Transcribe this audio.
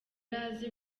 azi